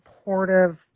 supportive